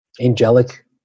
angelic